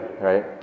Right